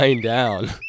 down